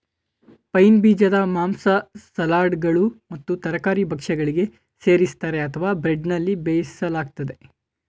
pine ಬೀಜನ ಮಾಂಸ ಸಲಾಡ್ಗಳು ಮತ್ತು ತರಕಾರಿ ಭಕ್ಷ್ಯಗಳಿಗೆ ಸೇರಿಸ್ತರೆ ಅಥವಾ ಬ್ರೆಡ್ನಲ್ಲಿ ಬೇಯಿಸಲಾಗ್ತದೆ